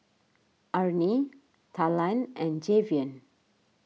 Arnie Talan and Javion